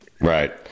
Right